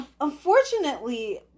unfortunately